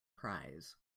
prize